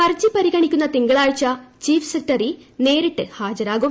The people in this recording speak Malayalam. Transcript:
ഹർജി പരിഗണിക്കുന്ന തിങ്കളാഴ്ച ചീഫ് സെക്രട്ടറി നേരിട്ട് ഹാജരാകും